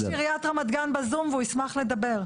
ראש עיריית רמת גן בזום והוא ישמח לדבר.